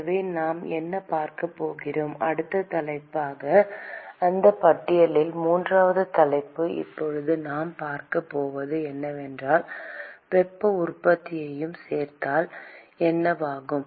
எனவே நாம் என்ன பார்க்கப் போகிறோம் அடுத்த தலைப்பு ஆக அந்த பட்டியலில் மூன்றாவது தலைப்பு இப்போது நாம் பார்க்கப் போவது என்னவென்றால் வெப்ப உற்பத்தியையும் சேர்த்தால் என்ன ஆகும்